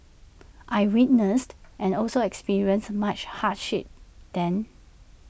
I witnessed and also experienced much hardship then